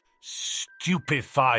Stupefy